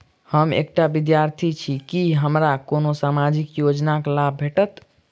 हम एकटा विद्यार्थी छी, की हमरा कोनो सामाजिक योजनाक लाभ भेटतय?